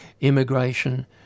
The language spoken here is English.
immigration